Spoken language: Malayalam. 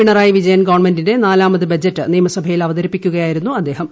പിണറാത്യി വീജയൻ ഗവൺമെന്റിന്റെ നാലാമത് ബജറ്റ് നിയമസഭയിൽ അവതരിപ്പിക്കുകയായിരുന്നു അദ്ദേഹം